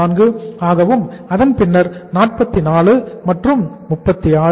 4 ஆகவும் அதன்பின்னர் 44 மற்றும் 36 80